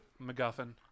MacGuffin